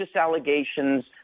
allegations